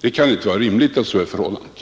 Det kan inte vara rimligt att så är förhållandet.